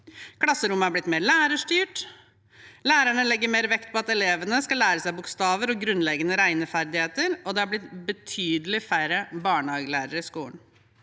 klasserommet er blitt mer lærerstyrt, lærerne legger mer vekt på at elevene skal lære seg bokstaver og grunnleggende regneferdigheter, og det er blitt betydelig færre barnehagelærere i skolen.